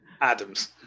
Adams